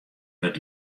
wurdt